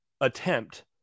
attempt